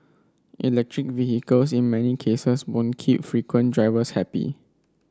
electric vehicles in many cases won't keep frequent drivers happy